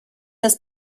des